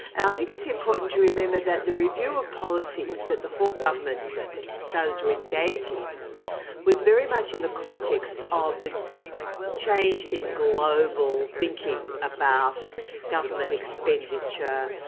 and i think it's important to remember that the review of policies that the hawke government started to engage in was very much in the context of the change in global thinking about government expenditure,